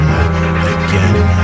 again